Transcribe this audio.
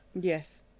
Yes